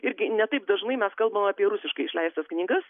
irgi ne taip dažnai mes kalbam apie rusiškai išleistas knygas